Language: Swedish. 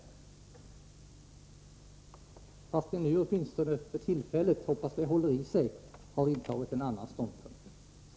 Men ni har — åtminstone för tillfället, och jag hoppas att det håller i sig — intagit en annan ståndpunkt.